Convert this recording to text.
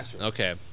Okay